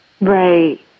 Right